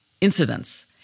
incidents